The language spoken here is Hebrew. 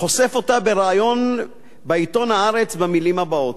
חושף אותה בריאיון בעיתון "הארץ" במלים הבאות: